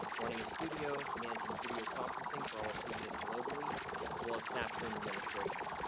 running a studio, managing videoconferencing for all of cbs globally as well as snapstream administration.